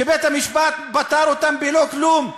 שבית-המשפט פטר אותם בלא כלום,